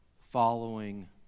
following